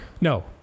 No